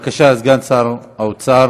בבקשה, סגן שר האוצר.